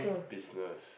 business